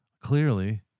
Clearly